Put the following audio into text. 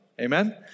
Amen